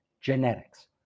genetics